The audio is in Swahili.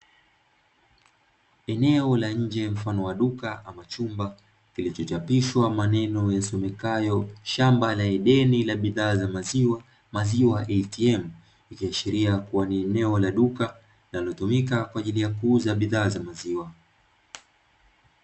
Eneo la inje mfano wa duka ama chumba kilichochapishwa maneno yasomekayo shamba la edeni la bidhaa za maziwa (maziwa ya ATM), ikiashiria kuwa ni eneo la duka linalotumika kwa ajili ya kuuza bidhaa za maziwa.